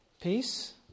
Peace